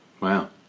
Wow